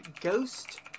Ghost